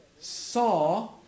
Saw